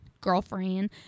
girlfriend